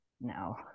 no